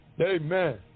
Amen